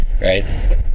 right